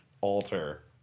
alter